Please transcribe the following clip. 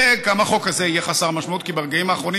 וגם החוק הזה יהיה חסר משמעות כי ברגעים האחרונים